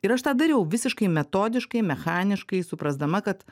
ir aš tą dariau visiškai metodiškai mechaniškai suprasdama kad